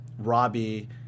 Robbie